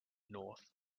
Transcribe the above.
north